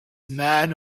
man